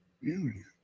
Union